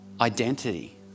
identity